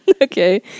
Okay